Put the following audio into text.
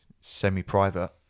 semi-private